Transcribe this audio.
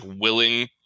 willing